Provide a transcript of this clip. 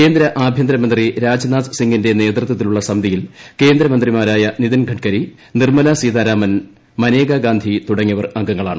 കേന്ദ്ര ആഭ്യന്തരമന്ത്രി രാജ്നാഥ് സിംഗിന്റെ നേതൃത്വത്തിലുള്ള സമിതിയിൽ കേന്ദ്രമന്ത്രിമാരായ നിതിൻ ഗഡ്കരി നിർമ്മലാ സീതാരാമൻ മനേകാ ഗാന്ധി തുടങ്ങിയവർ അംഗങ്ങളാണ്